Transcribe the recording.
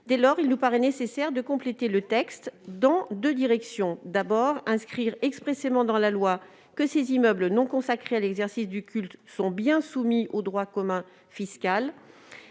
Dès lors, il nous paraît nécessaire de compléter ce dispositif dans deux directions : d'une part, en inscrivant expressément dans la loi que ces immeubles non consacrés à l'exercice du culte sont bien soumis au droit commun fiscal